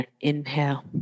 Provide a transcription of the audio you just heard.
Inhale